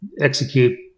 execute